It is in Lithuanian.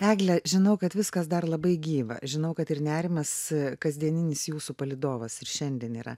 eglęe žinau kad viskas dar labai gyva žinau kad ir nerimas kasdieninis jūsų palydovas ir šiandien yra